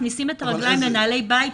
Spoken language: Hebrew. מכניסים את הרגליים לנעלי בית,